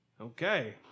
okay